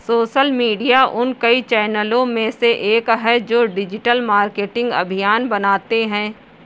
social media उन कई चैनलों में से एक है जो डिजिटल मार्केटिंग अभियान बनाते हैं